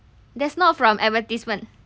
that's not from advertisement